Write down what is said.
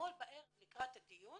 אתמול בערב לקראת הדיון